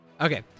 Okay